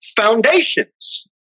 Foundations